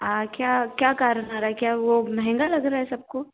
क्या क्या कारण आ रहा है क्या वो महंगा लग रहा है सबको